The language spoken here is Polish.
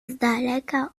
daleka